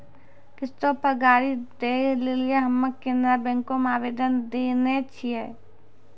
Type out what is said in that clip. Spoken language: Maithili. किश्तो पे गाड़ी दै लेली हम्मे केनरा बैंको मे आवेदन देने छिये